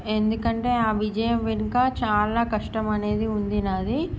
ఎందుకంటే ఆ విజయం వెనుక చాలా కష్టం అనేది ఉంది నాది